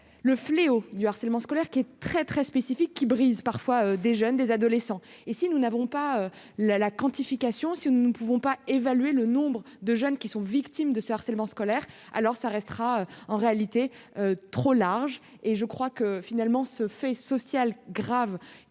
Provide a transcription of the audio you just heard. le fléau du harcèlement scolaire qui est très très spécifique qui brisent parfois des jeunes, des adolescents et si nous n'avons pas la la quantification si nous ne pouvons pas évaluer le nombre de jeunes qui sont victimes de ce harcèlement scolaire alors ça restera en réalité trop large et je crois que finalement ce fait social grave